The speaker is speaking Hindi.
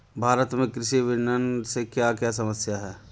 भारत में कृषि विपणन से क्या क्या समस्या हैं?